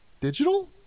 Digital